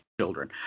children